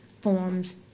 forms